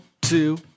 two